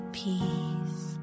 peace